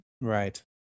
Right